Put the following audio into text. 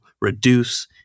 reduce